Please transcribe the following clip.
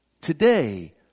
today